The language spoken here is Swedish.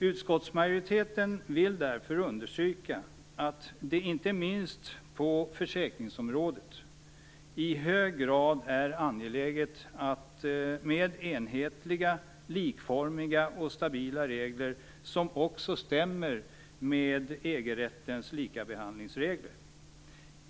Utskottsmajoriteten vill därför understryka att det, inte minst på försäkringsområdet, i hög grad är angeläget med enhetliga, likformiga och stabila regler som också stämmer med EG-rättens likabehandlingsregler.